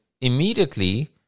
immediately